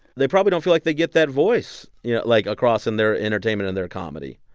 they probably don't feel like they get that voice, you know, like, across in their entertainment and their comedy